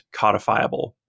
codifiable